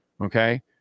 Okay